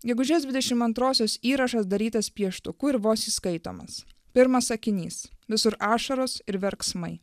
gegužės dvidešim antrosios įrašas darytas pieštuku ir vos įskaitomas pirmas sakinys visur ašaros ir verksmai